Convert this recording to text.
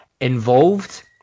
involved